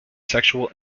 sexual